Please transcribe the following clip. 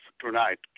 tonight